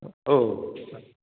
हो हो हो चालेल